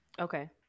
Okay